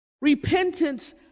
Repentance